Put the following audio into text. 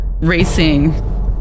racing